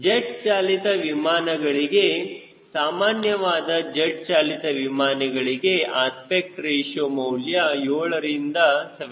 jet ಚಾಲಿತ ವಿಮಾನಿಗಳಿಗೆ ಸಾಮಾನ್ಯವಾದ ಜೆಟ್ ಚಾಲಿತ ವಿಮಾನಿಗಳಿಗೆ ಅಸ್ಪೆಕ್ಟ್ ರೇಶಿಯೋ ಮೌಲ್ಯ 7 ರಿಂದ 7